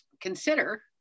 consider